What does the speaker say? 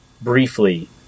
Briefly